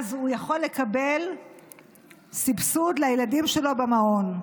אז הוא יכול לקבל סבסוד לילדים שלו במעון.